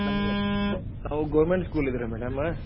ನಮ್ನ ತಾವು government school ಇದ್ದೀರ ಮೇಡಮ